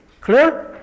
Clear